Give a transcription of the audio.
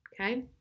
okay